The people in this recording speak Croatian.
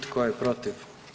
Tko je protiv?